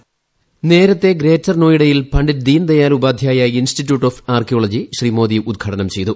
voice നേരത്തെ greater നോയിഡയിൽ Pandit Deendayal Upadhyaya institute of archaeology Shri Modi ഉദ്ഘാടനം ചെയ്തു